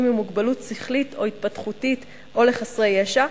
עם מוגבלות שכלית או התפתחותית או של חסרי ישע,